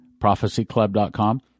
ProphecyClub.com